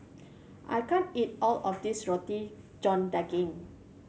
I can't eat all of this Roti John Daging